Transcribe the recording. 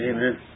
Amen